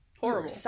Horrible